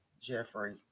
jeffrey